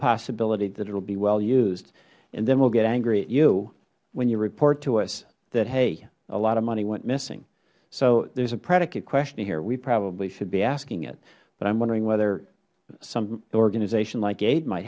possibility that it will be well used and then we will get angry at you when you report to us that hey a lot of money went missing so there is a predicate question here we probably should be asking it but i am wondering whether some organization like aid might